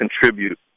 contribute